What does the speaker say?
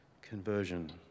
conversion